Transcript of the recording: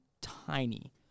tiny